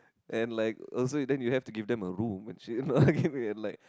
and like also you then you have to give them a room actually no like